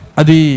adi